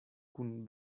kun